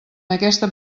aquesta